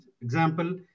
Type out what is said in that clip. example